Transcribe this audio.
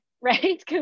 Right